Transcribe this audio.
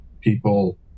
people